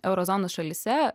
euro zonos šalyse